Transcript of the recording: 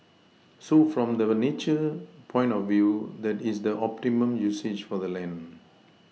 so from the nature point of view that is the optimum usage for the land